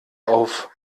auf